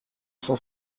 cent